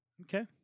Okay